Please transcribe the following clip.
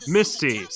Misty